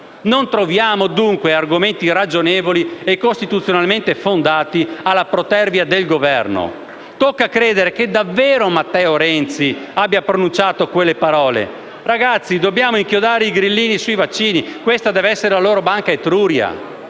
Non troviamo, dunque, argomenti ragionevoli e costituzionalmente fondati alla protervia del Governo. Tocca credere che davvero Matteo Renzi abbia pronunciato quelle parole: «Ragazzi, dobbiamo inchiodare i grillini sui vaccini. Questa deve essere la loro Banca Etruria».